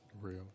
Real